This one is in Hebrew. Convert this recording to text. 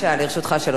לרשותך שלוש דקות.